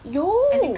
有